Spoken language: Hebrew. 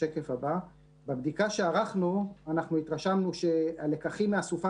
בבדיקה שערכנו התרשמנו שהלקחים מהסופה